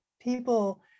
people